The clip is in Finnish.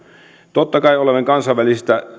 totta kai olemme kansainvälisissä